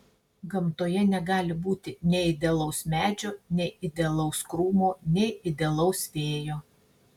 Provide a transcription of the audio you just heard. gamtoje negali būti nei idealaus medžio nei idealaus krūmo nei idealaus vėjo